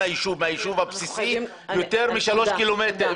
היישוב הבסיסי יותר משלושה קילומטרים.